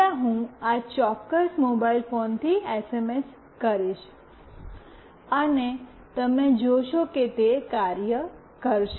પહેલા હું આ ચોક્કસ મોબાઇલ ફોનથી એસએમએસ કરીશ અને તમે જોશો કે તે કાર્ય કરશે